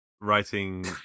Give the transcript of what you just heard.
writing